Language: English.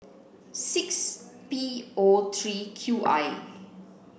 six P O three Q I